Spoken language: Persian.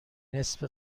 نصف